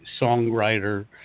songwriter